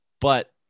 But-